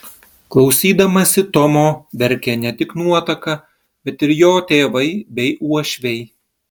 klausydamasi tomo verkė ne tik nuotaka bet ir jo tėvai bei uošviai